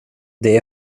det